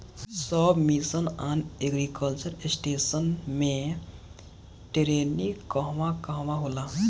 सब मिशन आन agriculture extension मै टेरेनीं कहवा कहा होला?